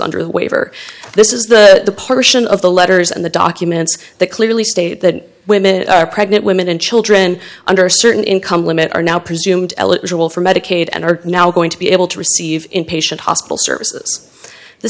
under the waiver this is the partition of the letters and the documents that clearly state that women are pregnant women and children under certain income limit are now presumed eligible for medicaid and are now going to be able to receive inpatient hospital